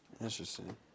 Interesting